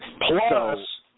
Plus